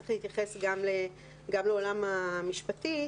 צריך להתייחס גם לעולם המשפטי.